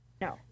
No